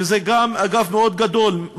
שזה גם אגף מאוד גדול,